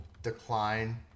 decline